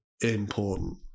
important